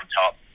top